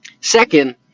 Second